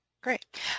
Great